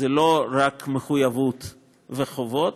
הוא לא רק מחויבות וחובות,